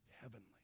Heavenly